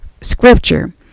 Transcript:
scripture